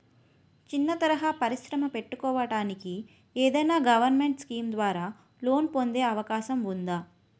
చిన్న తరహా పరిశ్రమ పెట్టుకోటానికి ఏదైనా గవర్నమెంట్ స్కీం ద్వారా లోన్ పొందే అవకాశం ఉందా?